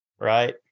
right